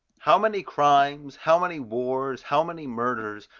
how many crimes, how many wars, how many murders,